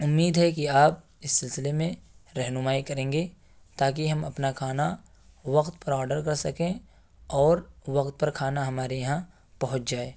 اُمّید ہے کہ آپ اس سلسلے میں رہنمائی کریں گے تا کہ ہم اپنا کھانا وقت پر آڈر کر سکیں اور وقت پر کھانا ہمارے یہاں پہنچ جائے